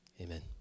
Amen